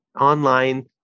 online